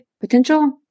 potential